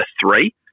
three